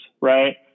Right